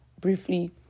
briefly